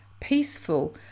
peaceful